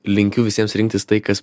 linkiu visiems rinktis tai kas